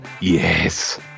Yes